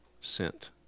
sent